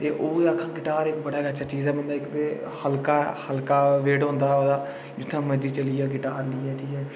ओह् आक्खा ना गिटार बड़ी गै अच्छा चीज़ ऐ हल्का हल्का वेट होंदा ओह्दा जित्थें मर्जी चलियै गिटार लेइयै